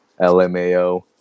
LMAO